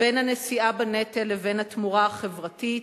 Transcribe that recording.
בין הנשיאה בנטל לבין התמורה החברתית.